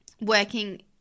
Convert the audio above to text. working